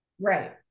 Right